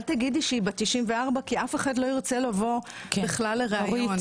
אל תגידי שהיא בת 94 כי אף אחד לא ירצה לבוא בכלל לראיון.